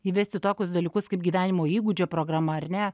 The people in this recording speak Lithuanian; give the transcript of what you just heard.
įvesti tokius dalykus kaip gyvenimo įgūdžio programa ar ne